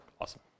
Awesome